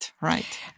right